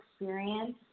experience